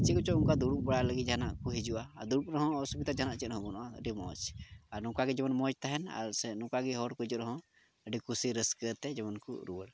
ᱪᱮᱫ ᱠᱚᱪᱚ ᱚᱱᱠᱟ ᱫᱩᱲᱩᱵ ᱵᱟᱲᱟᱭ ᱞᱟᱹᱜᱤᱫ ᱡᱟᱦᱟᱱᱟᱜ ᱠᱚ ᱦᱤᱡᱩᱜᱼᱟ ᱫᱩᱲᱩᱵ ᱨᱮᱦᱚᱸ ᱡᱟᱦᱟᱱᱟᱜ ᱚᱥᱩᱵᱤᱫᱷᱟ ᱪᱮᱫ ᱦᱚᱸ ᱵᱟᱹᱱᱩᱜᱼᱟ ᱟᱹᱰᱤ ᱢᱚᱡᱽ ᱟᱨ ᱱᱚᱝᱠᱟ ᱜᱮ ᱡᱮᱢᱚᱱ ᱢᱚᱡᱽ ᱛᱟᱦᱮᱱ ᱟᱨ ᱥᱮ ᱱᱚᱝᱠᱟ ᱜᱮ ᱦᱚᱲ ᱠᱚ ᱡᱮᱱᱚ ᱟᱹᱰᱤ ᱠᱩᱥᱤ ᱨᱟᱹᱥᱠᱟᱹ ᱛᱮ ᱡᱮᱢᱚᱱ ᱠᱚ ᱨᱩᱣᱟᱹᱲ